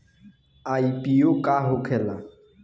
IPO का होखेला?